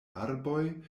arboj